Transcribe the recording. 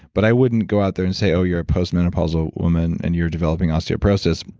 but i wouldn't go out there and say, oh, you're a postmenopausal woman and you're developing osteoporosis,